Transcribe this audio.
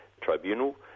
tribunal